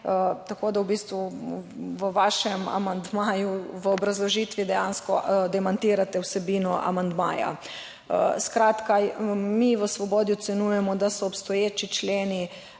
Tako da v bistvu v vašem amandmaju v obrazložitvi dejansko demantirate vsebino amandmaja. Skratka, mi v Svobodi ocenjujemo, da so obstoječi členi